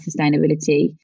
sustainability